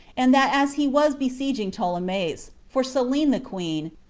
and that as he was besieging ptolemais for selene the queen,